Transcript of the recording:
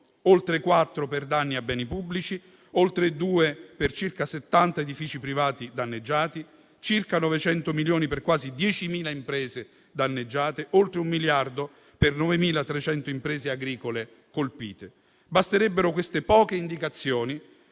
miliardi per danni a beni pubblici; oltre due miliardi per circa 70 edifici privati danneggiati; circa 900 milioni per quasi 10.000 imprese danneggiate; oltre 1 miliardo per 9.300 imprese agricole colpite. Basterebbero queste poche indicazioni